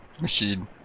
machine